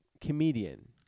Comedian